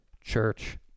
church